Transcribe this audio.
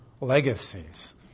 legacies